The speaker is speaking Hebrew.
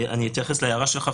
ואני אתייחס להערה שלך,